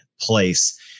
place